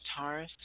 guitarist